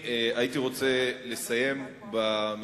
רוצה להתייחס, השר צריך להתייחס, חבר הכנסת פלסנר.